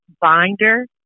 binder